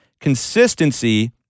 consistency